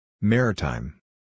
Maritime